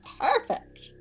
perfect